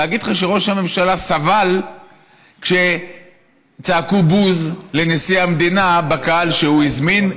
להגיד לך שראש הממשלה סבל כשצעקו בוז לנשיא המדינה בקהל שהוא הזמין?